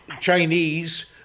Chinese